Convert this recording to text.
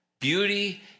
beauty